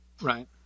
right